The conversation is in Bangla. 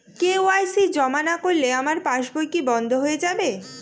কে.ওয়াই.সি জমা না করলে আমার পাসবই কি বন্ধ হয়ে যাবে?